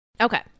Okay